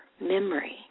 memory